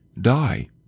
die